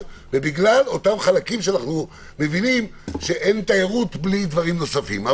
ובגלל אותם חלקים שאנחנו מבינים שאין תיירות בלי דברים נוספים,